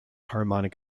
harmonic